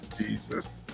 Jesus